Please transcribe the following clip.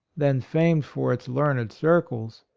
then famed for its learned circles,